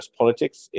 politics